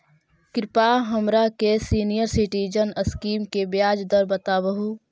कृपा हमरा के सीनियर सिटीजन स्कीम के ब्याज दर बतावहुं